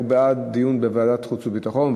הוא בעד דיון בוועדת חוץ וביטחון,